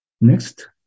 Next